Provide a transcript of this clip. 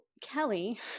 Kelly